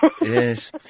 Yes